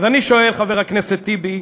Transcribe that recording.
אז אני שואל, חבר הכנסת טיבי,